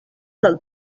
del